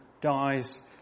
dies